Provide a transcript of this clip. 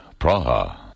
Praha